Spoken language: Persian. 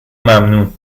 ممنون